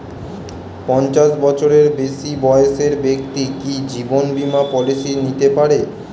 পঞ্চাশ বছরের বেশি বয়সের ব্যক্তি কি জীবন বীমা পলিসি নিতে পারে?